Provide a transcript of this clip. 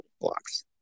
blocks